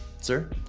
sir